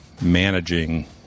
managing